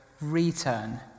return